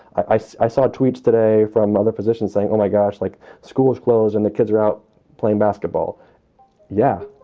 i i saw tweets today from another physician saying, oh, my gosh, like schools closed and the kids were out playing basketball yeah,